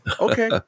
okay